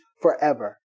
forever